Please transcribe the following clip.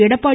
Edappadi